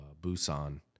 Busan